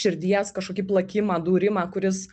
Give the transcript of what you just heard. širdies kažkokį plakimą dūrimą kuris